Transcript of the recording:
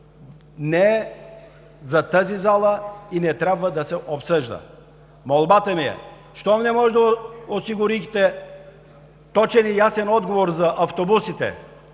не е за тази зала и не трябва да се обсъжда. Молбата ми е: щом не можахте да осигурите точен и ясен отговор за автобусите,